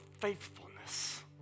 faithfulness